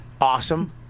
Awesome